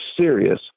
serious